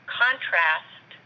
contrast